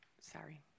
Sorry